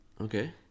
Okay